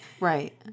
Right